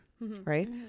Right